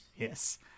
Yes